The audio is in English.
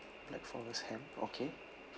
black forest ham okay